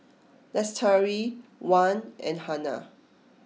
Lestari Wan and Hana